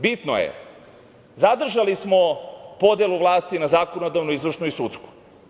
Bitno je, zadržali smo podelu vlasti na zakonodavnu, izvršnu i sudsku.